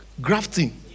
grafting